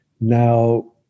now